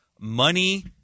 Money